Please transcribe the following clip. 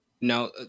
Now